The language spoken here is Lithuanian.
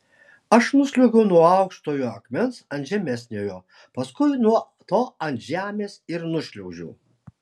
aš nusliuogiau nuo aukštojo akmens ant žemesniojo paskui nuo to ant žemės ir nušliaužiau